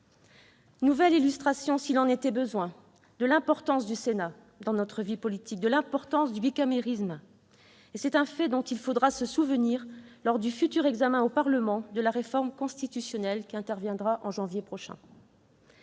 nouvelle illustration, s'il en était besoin, de l'importance du Sénat dans notre vie politique et de l'importance du bicamérisme. C'est un fait dont il faudra se souvenir lors du futur examen au Parlement de la réforme constitutionnelle, qui interviendra en janvier prochain.